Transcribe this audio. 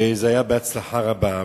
וזה היה בהצלחה רבה.